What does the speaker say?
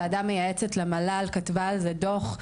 ועדה מייעצת למל"ל כתבה על זה דוח,